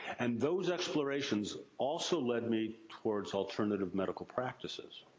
and those explorations also led me towards alternative medical practices.